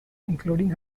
including